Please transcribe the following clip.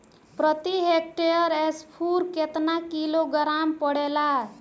प्रति हेक्टेयर स्फूर केतना किलोग्राम पड़ेला?